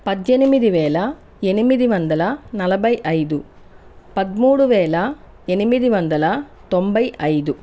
పద్దెనిమిది వేల ఎనిమిది వందల నలభై ఐదు పదమూడు వేల ఎనిమిది వందల తొంభై ఐదు